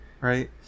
Right